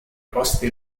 coste